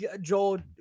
Joel